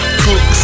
cook